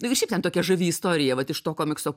ir šiaip ten tokia žavi istorija vat iš to komikso